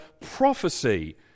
prophecy